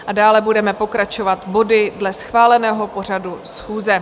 A dále budeme pokračovat body dle schváleného pořadu schůze.